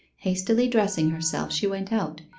hastily dressing herself she went out,